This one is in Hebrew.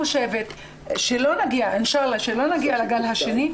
הלוואי ולא נגיע לגל השני,